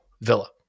Villa